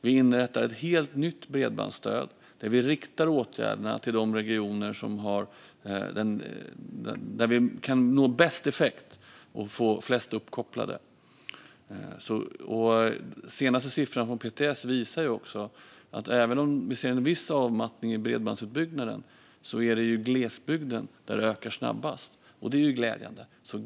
Vi inrättar ett helt nytt bredbandsstöd, där vi riktar åtgärderna till de regioner där vi kan nå bäst effekt och få flest uppkopplade. Senaste siffran från PTS visar också detta: Även om vi ser en viss avmattning i bredbandsutbyggnaden är det i glesbygden den ökar snabbast. Det är glädjande.